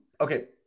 Okay